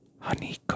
honey